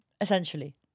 Essentially